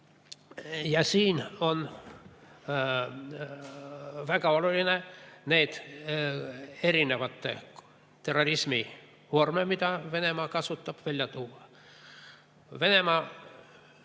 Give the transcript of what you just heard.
Siin on väga oluline need erinevad terrorismivormid, mida Venemaa kasutab, välja tuua. Venemaa